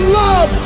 love